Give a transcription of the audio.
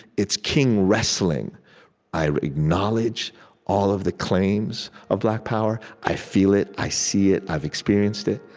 it's king wrestling i acknowledge all of the claims of black power. i feel it i see it i've experienced it.